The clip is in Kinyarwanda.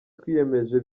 twiyemeje